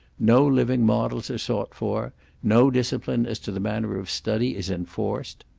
no living models are sought for no discipline as to the manner of study is enforced.